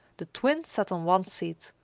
the twins sat on one seat,